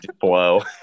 blow